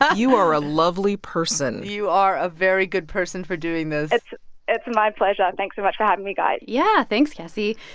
ah you are a lovely person you are a very good person for doing this it's my pleasure. thanks so much for having me, guys yeah. thanks, cassie.